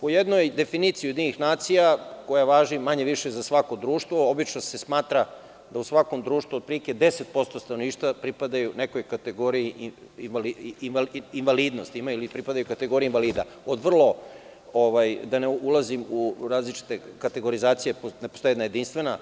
Po jednoj definiciji UN, koja važi manje-više za svako društvo, obično se smatra da u svakom društvu otprilike 10% stanovništva pripadaju nekoj kategoriji invalidnosti, ili pripadaju kategoriji invalida, da ne ulazim u različite kategorizacije, ne postoji jedna jedinstvena